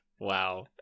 Wow